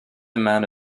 amount